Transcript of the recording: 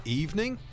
evening